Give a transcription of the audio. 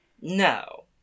No